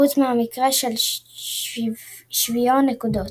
חוץ ממקרה של שוויון נקודות.